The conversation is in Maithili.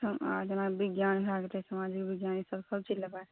जेना विज्ञान भय गेल सामाजिक विज्ञान ई सभ सभ चीज लेबै